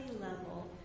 level